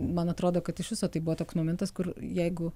man atrodo kad iš viso tai buvo toks momentas kur jeigu